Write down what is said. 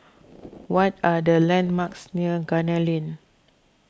what are the landmarks near Gunner Lane